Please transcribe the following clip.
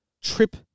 trip